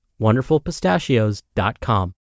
wonderfulpistachios.com